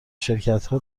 شرکتها